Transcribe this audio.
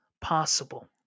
possible